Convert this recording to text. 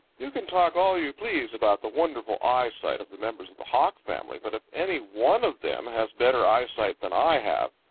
you can talk all you please about the wonderful eyesight of the members of the hawk family, but if any one of them has better eyesight than i have,